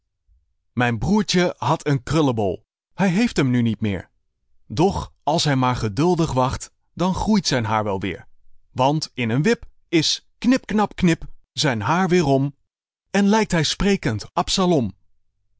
mijn broertje had een krullebol hij heeft hem nu niet meer doch als hij maar geduldig wacht dan groeit zijn haar wel weer want in een wip is knip knap knip zijn haar weerom en lijkt hij sprekend